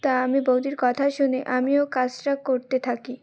তা আমি বৌদির কথা শুনে আমিও কাজটা করতে থাকি